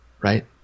right